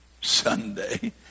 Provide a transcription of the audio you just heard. Sunday